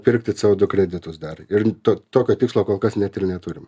pirkti co du kreditus dar ir to tokio tikslo kol kas dar ir neturim